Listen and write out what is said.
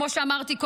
כמו שאמרתי,